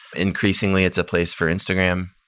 increasingly, it's a place for instagram.